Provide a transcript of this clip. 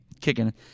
Kicking